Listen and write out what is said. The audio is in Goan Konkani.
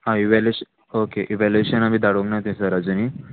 आं इवॅल्युएशन ओके इवॅल्युएशन आमी धाडूंक ना तें सर आजुनी